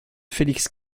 felix